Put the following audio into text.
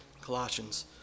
Colossians